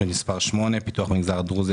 תוכנית מספר 8 פיתוח במגזר הדרוזי,